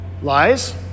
Lies